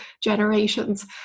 generations